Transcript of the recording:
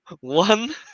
One